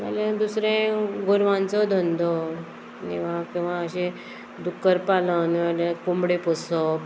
नाल्यार दुसरें गोरवांचो धंदो किंवां किंवां अशें दुख्खर पालन कोंबडे पोसप